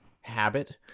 habit